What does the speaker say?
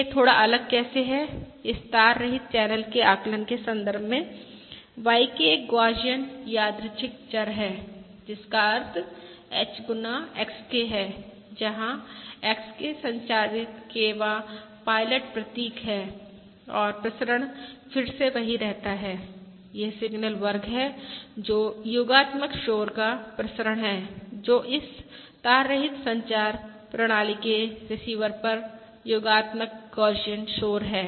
यह थोड़ा अलग कैसे है इस तार रहित चैनल के आकलन के संदर्भ में YK एक गौसियन यादृच्छिक चर है जिसका अर्थ H गुना XK है जहां XK संचारित kवाँ पायलट प्रतीक है और प्रसरण फिर से वही रहता है यह सिगनल वर्ग है जो योगात्मक शोर का प्रसरण है जो इस ताररहित संचार प्रणाली के रिसीवर पर योगात्मक गौसियन शोर है